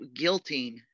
guilting